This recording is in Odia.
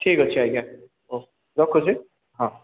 ଠିକ୍ ଅଛି ଆଜ୍ଞା ହଉ ରଖୁଛି ହଁ